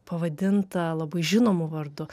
pavadinta labai žinomu vardu